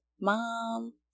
mom